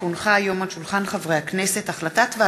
כי הונחה היום על שולחן הכנסת החלטת ועדת